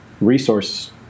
resource